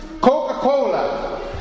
Coca-Cola